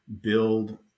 build